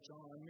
John